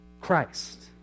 Christ